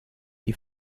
die